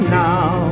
now